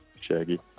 shaggy